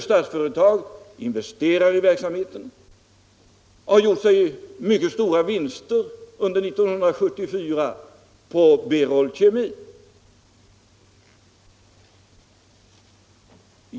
Statsföretag investerar nu i den verksamheten och har gjort mycket stora vinster under 1974 på BerolKemi.